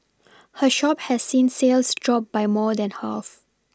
her shop has seen sales drop by more than half